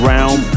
Realm